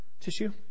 tissue